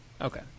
Okay